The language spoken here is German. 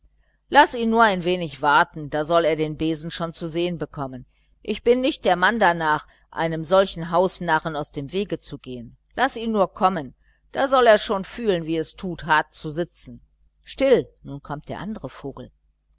laß ihn nur ein wenig warten da soll er den besen schon zu sehen bekommen ich bin nicht der mann danach einem solchen hausnarren aus dem wege zu gehen laß ihn nur kommen da soll er schon fühlen wie es tut hart zu sitzen still nun kommt der andere vogel